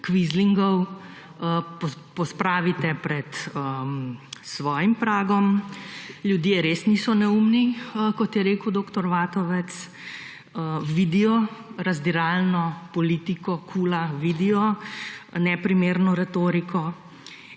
kvizlingov, pospravite pred svojim pragom, ljudje res niso neumni, kot je rekel dr. Vatovec, vidijo razdiralno politiko KUL-a, vidijo neprimerno retoriko.